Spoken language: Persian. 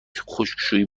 خشکشویی